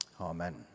Amen